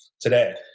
today